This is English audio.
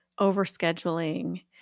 overscheduling